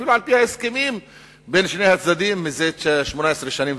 אפילו על-פי ההסכמים בין שני הצדדים זה 18 שנים,